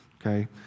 Okay